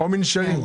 או מנשרים.